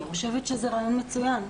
אני חושבת שזה רעיון מצוין.